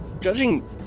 judging